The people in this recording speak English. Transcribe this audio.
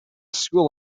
school